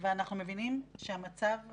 ואנחנו מבינים שהמצב רע.